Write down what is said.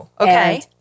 okay